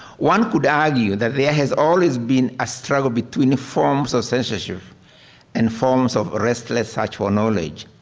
one could argue that there has always been a struggle between forms of censorship and forms of restless search for knowledge.